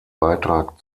beitrag